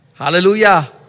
Hallelujah